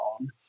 on